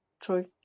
true